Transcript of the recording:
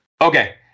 Okay